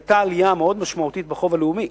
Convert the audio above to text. היתה עלייה מאוד משמעותית בחוב הלאומי.